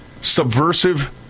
subversive